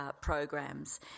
programs